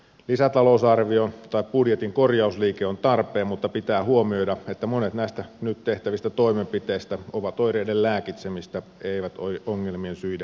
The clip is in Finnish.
lisätalousarvio tai budjetin korjausliike on tarpeen mutta pitää huomioida että monet näistä nyt tehtävistä toimenpiteistä ovat oireiden lääkitsemistä eivät ongelmien syiden poista mista